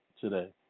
today